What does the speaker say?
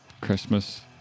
Christmas